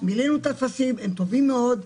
מילאנו את הטפסים, הם טובים מאוד.